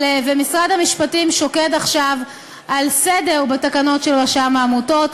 ומשרד המשפטים שוקד עכשיו על סדר בתקנות של רשם העמותות.